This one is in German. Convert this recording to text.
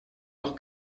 noch